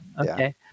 Okay